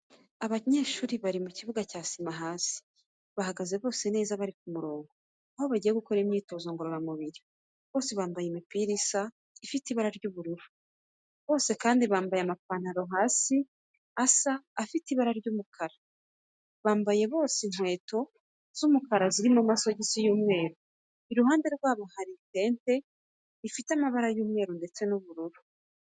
Abanyeshuri bari mu kibuga cya sima hasi, bahagaze bose neza bari ku murongo, aho bagiye gukora imyitozo ngororamubiri, bose bambaye imipira isa ifite ibara ry'ubururu, bose kandi bambaye amapantaro asa afite ibara ry'umukara, bambaye bose inkweto z'umukara zirimo amasogisi y'umweru. Iruhande rwabo hari itente rifite amabara y'umweru ndetse n'ubururu.